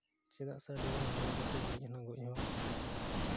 ᱪᱮᱫᱟᱜ ᱥᱮ ᱟᱹᱰᱤ ᱜᱟᱱ ᱦᱚᱲ ᱜᱮᱠᱚ ᱜᱚᱡ ᱮᱱᱟ ᱜᱚᱡ ᱦᱚᱸ